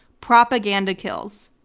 propaganda kills.